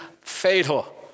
fatal